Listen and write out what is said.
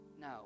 No